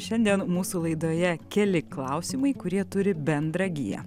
šiandien mūsų laidoje keli klausimai kurie turi bendrą giją